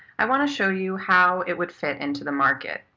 i want to show you how it would fit into the market.